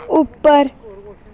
उप्पर